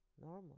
normal